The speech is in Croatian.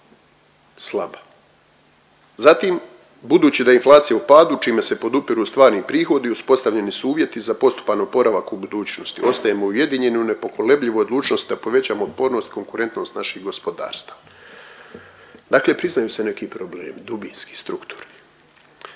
Zatim budući da je inflacija u padu čime se podupiru stvarni prihodi uspostavljeni su uvjeti za postupan oporavak u budućnosti. Ostajemo ujedinjeni u nepokolebljivoj odlučnosti da povećamo otpornost i konkurentnost naših gospodarstava. Dakle, priznaju se neki problemi dubinski, strukturni.